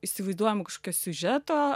įsivaizduojamo kažkokio siužeto